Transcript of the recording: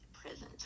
prison